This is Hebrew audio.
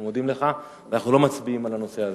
אנחנו מודים לך ואנחנו לא מצביעים על הנושא הזה.